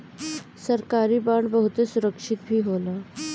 सरकारी बांड बहुते सुरक्षित भी होला